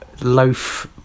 loaf